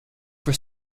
for